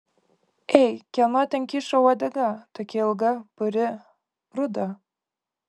ei kieno ten kyšo uodega tokia ilga puri ruda